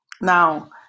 Now